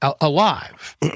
Alive